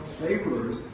laborers